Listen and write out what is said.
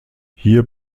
hier